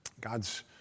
God's